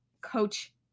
coach